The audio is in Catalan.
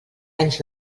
anys